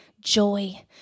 joy